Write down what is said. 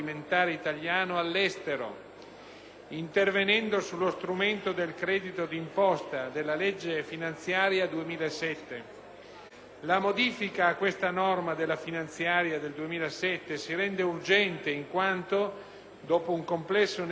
intervenendo sullo strumento del credito d'imposta della legge finanziaria 2007. La modifica a questa norma della finanziaria 2007 si rende urgente in quanto, dopo un complesso negoziato, la Commissione europea,